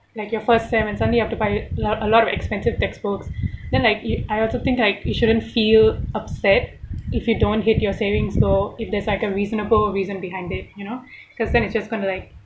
like your first sem and suddenly you have to buy a lot a lot of expensive textbooks then like you I also think like you shouldn't feel upset if you don't hit your savings goal if there's like a reasonable reason behind it you know because then it's just going to like